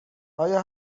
آیا